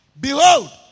Behold